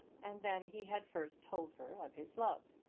and then he had first told her of his love.